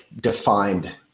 defined